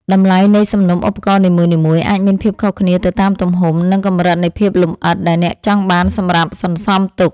តម្លៃនៃសំណុំឧបករណ៍នីមួយៗអាចមានភាពខុសគ្នាទៅតាមទំហំ និងកម្រិតនៃភាពលម្អិតដែលអ្នកចង់បានសម្រាប់សន្សំទុក។